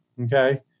okay